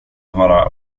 vara